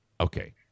Okay